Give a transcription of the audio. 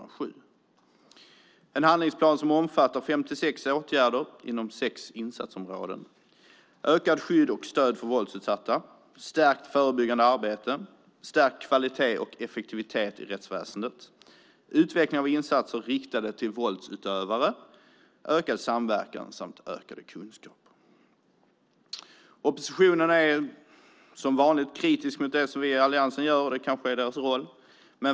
Det är en handlingsplan som omfattar 56 åtgärder inom 6 insatsområden, nämligen ökat skydd och stöd för våldsutsatta, stärkt förebyggande arbete, stärkt kvalitet och effektivitet i rättsväsendet, utveckling av insatser riktade till våldsutövare, ökad samverkan samt ökade kunskaper. Oppositionen är som vanligt kritisk mot det som vi i alliansen gör. Det kanske är deras roll.